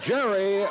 Jerry